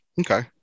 Okay